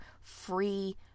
free